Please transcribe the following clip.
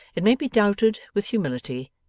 it may be doubted, with humility,